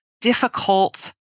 difficult